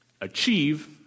achieve